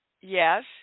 yes